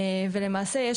למעשה,